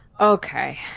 okay